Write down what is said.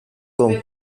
con